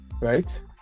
Right